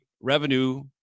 revenue